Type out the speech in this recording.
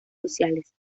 sociales